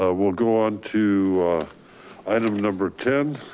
ah we'll go on to item number ten,